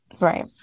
Right